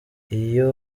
iyo